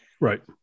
Right